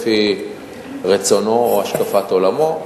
לפי רצונו או השקפת עולמו.